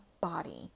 body